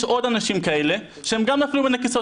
יש עוד אנשים כאלה שהם גם נפלו בין הכיסאות